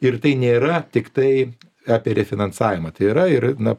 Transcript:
ir tai nėra tiktai apie refinansavimą tai yra ir na